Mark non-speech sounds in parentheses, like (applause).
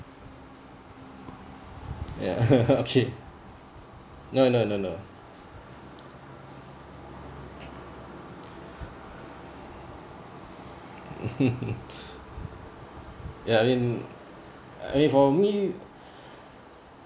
ya (laughs) okay no no no no (laughs) ya I mean I mean for me